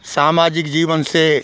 सामाजिक जीवन से